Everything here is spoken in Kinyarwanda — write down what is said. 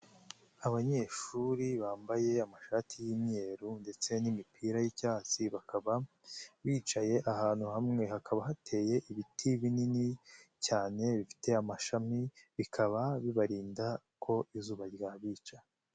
Abanyeshuri bambaye amashati y'imyeru ndetse n'imipira y'icyatsi, bakaba bicaye ahantu hamwe, hakaba hateye ibiti binini cyane, bifite amashami, bikaba bibarinda ko izuba ryabica.